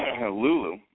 Lulu